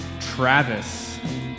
Travis